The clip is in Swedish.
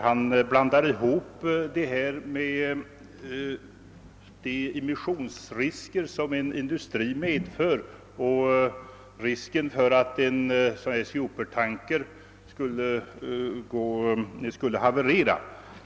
Han blandar ihop de immissionsrisker som en industri medför med risken för att en supertanker skall haverera.